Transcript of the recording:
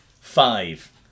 five